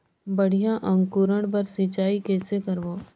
बढ़िया अंकुरण बर सिंचाई कइसे करबो?